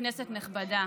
כנסת נכבדה,